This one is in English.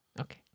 okay